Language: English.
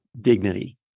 dignity